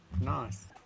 Nice